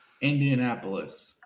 Indianapolis